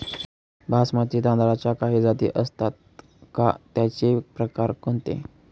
बासमती तांदळाच्या काही जाती असतात का, त्याचे प्रकार कोणते?